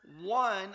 one